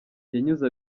yanyuze